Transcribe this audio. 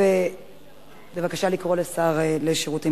בבקשה לקרוא לשר לשירותים